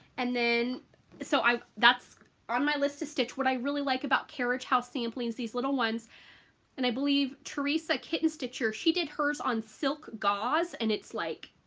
and then so i that's on my list of stitch what i really like about carriage house sampling is these little ones and i believe theresa kitten stitcher she did hers on silk gauze and it's like